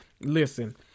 Listen